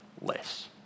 less